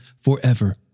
forever